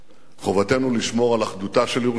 חובתנו לשמור על אחדותה של ירושלים,